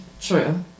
true